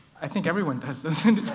i think everyone does.